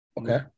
Okay